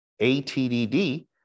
ATDD